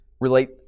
relate